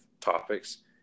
topics